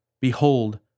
Behold